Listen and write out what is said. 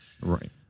Right